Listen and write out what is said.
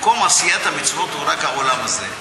ומקום עשיית המצוות הוא רק העולם הזה.